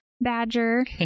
badger